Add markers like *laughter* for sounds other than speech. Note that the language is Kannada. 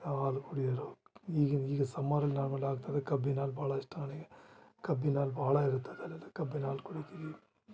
ಯಾವಾಗಲು ಕುಡಿಯಲು ಈಗಿಂದು ಈಗ ಸಮ್ಮರಲ್ಲಿ ನಾವೆಲ್ಲ ಆಗ್ತಿದ ಕಬ್ಬಿನಾಲು ಭಾಳ ಇಷ್ಟ ನನಗೆ ಕಬ್ಬಿನಾಲು ಭಾಳ ಇರ್ತದೆ *unintelligible* ಕಬ್ಬಿನಾಲು ಕುಡಿತಿವಿ